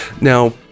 Now